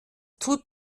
tut